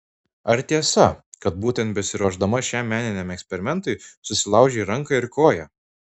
ar tiesa kad būtent besiruošdama šiam meniniam eksperimentui susilaužei ranką ir koją